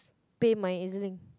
pay my E_Z-Link